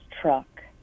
truck